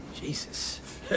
Jesus